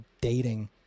dating